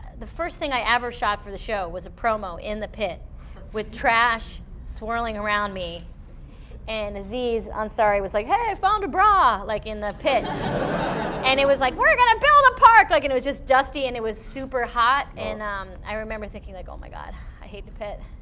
the first thing i ever shot for the show was a promo in the pit with trash swirling around me and aziz ansari was like hey, i found a bra! like in the pit and it was like we're going build a park. like it was just dusty and it was super hot and um i remember thinking like oh my god, i hate the pit.